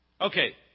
Okay